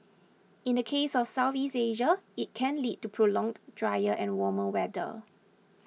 in the case of Southeast Asia it can lead to prolonged drier and warmer weather